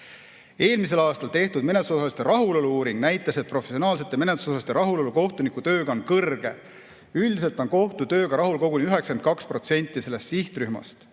Eelmisel aastal tehtud menetlusosaliste rahulolu uuring näitas, et professionaalsete menetlusosaliste rahulolu kohtunike tööga on kõrge. Üldiselt on kohtu tööga rahul koguni 92% sellest sihtrühmast.